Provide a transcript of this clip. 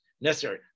necessary